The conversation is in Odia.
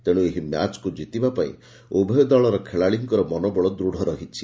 ତେଶୁ ଏହି ମ୍ୟାଚ୍କୁ ଯିତିବା ପାଇଁ ଉଭୟ ଦଳର ଖେଳାଳିଙ୍କର ମନୋବଳ ଦୂତ୍ ରହିଛି